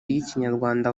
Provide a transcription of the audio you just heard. ry’ikinyarwanda